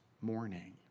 morning